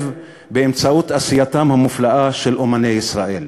באמצעות עשייתם המופלאה של אמני ישראל.